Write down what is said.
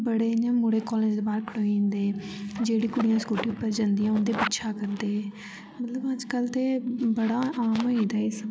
बड़े इ'यां मुड़े कॉलेज दे बार खलोई जंदे जेह्डियां कुड़ियां स्कूटी उप्पर जंदियां उंदा पिच्छा करदे मतलब अज्ज कल्ल ते बड़ा आम होंई गेदा जे सब